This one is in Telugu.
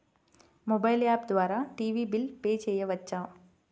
మొబైల్ యాప్ ద్వారా టీవీ బిల్ పే చేయవచ్చా?